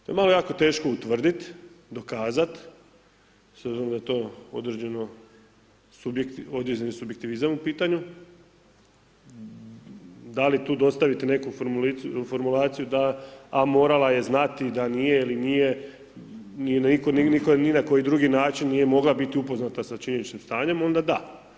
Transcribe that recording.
To je malo jako teško utvrditi, dokazati, s obzirom da je to određeno subjektivno, određeni subjektivizam u pitanju, da li tu dostaviti neku formulaciju, a morala je znati da nije ili nije niko ni na koji drugi način nije mogla biti upoznata sa činjeničnim stanjem, onda da.